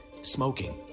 smoking